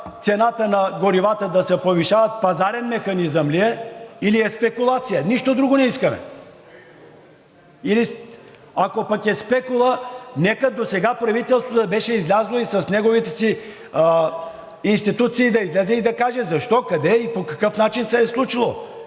цената на горивата да се повишава – пазарен механизъм ли е, или е спекулация, нищо друго не искаме. (Реплика: „Спекула!“) Ако пък е спекула, нека сега правителството да беше излязло и с неговите си институции да излезе и да каже защо, къде и по какъв начин се е случило,